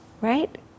right